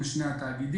בין שני התאגידים,